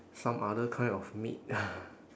some other kind of meat